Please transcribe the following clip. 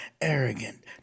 arrogant